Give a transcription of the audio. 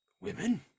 Women